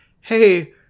hey